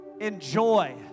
enjoy